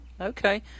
Okay